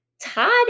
Todd